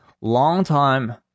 longtime